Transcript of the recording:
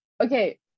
Okay